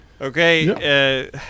Okay